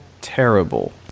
terrible